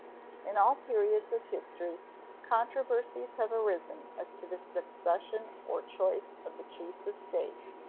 in all periods of history controversies have arisen as to the succession or choice of the chiefs of states,